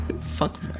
Fuck